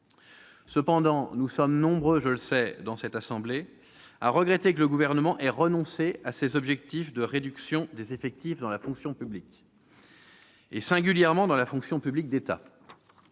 Cependant, nous sommes nombreux dans cette assemblée à regretter que le Gouvernement ait renoncé à ses objectifs de réduction des effectifs dans la fonction publique, singulièrement dans la fonction publique d'État.